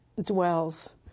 dwells